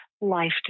life